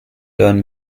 learn